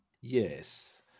Yes